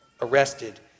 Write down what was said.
arrested